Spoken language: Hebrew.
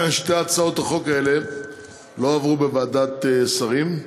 שתי הצעות החוק האלה לא עברו בוועדת שרים.